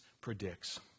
predicts